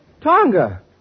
Tonga